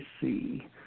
see